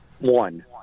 One